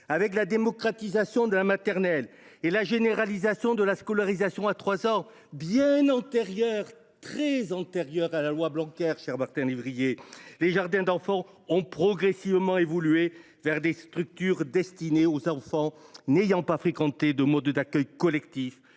Avec la démocratisation de l’école maternelle et la généralisation de la scolarisation à 3 ans – très antérieure à la loi Blanquer, cher Martin Lévrier –, les jardins d’enfants ont progressivement évolué pour devenir des structures destinées aux enfants n’ayant pas fréquenté de mode d’accueil collectif